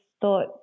thought